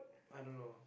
I don't know